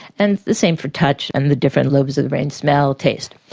and the same for touch and the different lobes of the brain smell, taste.